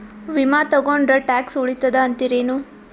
ವಿಮಾ ತೊಗೊಂಡ್ರ ಟ್ಯಾಕ್ಸ ಉಳಿತದ ಅಂತಿರೇನು?